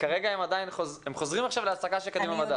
עכשיו הם חוזרים להעסקה של קדימה מדע.